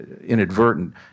inadvertent